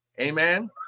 amen